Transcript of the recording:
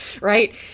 right